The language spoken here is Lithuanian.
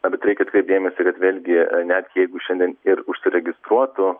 na bet reikia atkreipt dėmesį kad vėlgi net jeigu šiandien ir užsiregistruotų